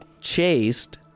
chased